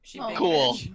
Cool